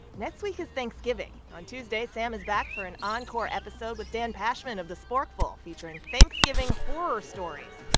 next week is thanksgiving. on tuesday, sam is back for an encore episode with dan pashman of the sporkful featuring thanksgiving horror stories.